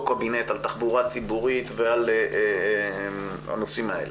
קבינט על תחבורה ציבורית ועל הנושאים האלה.